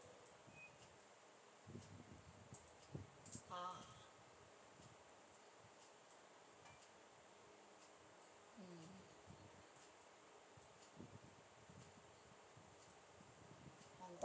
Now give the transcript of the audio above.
ah mm